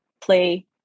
play